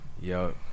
Yo